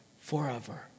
forever